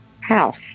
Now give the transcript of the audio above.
house